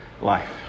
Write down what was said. life